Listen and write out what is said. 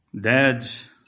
Dads